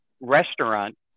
restaurant